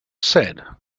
said